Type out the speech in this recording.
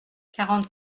quarante